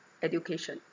education